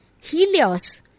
Helios